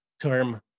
term